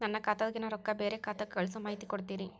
ನನ್ನ ಖಾತಾದಾಗಿನ ರೊಕ್ಕ ಬ್ಯಾರೆ ಖಾತಾಕ್ಕ ಕಳಿಸು ಮಾಹಿತಿ ಕೊಡತೇರಿ?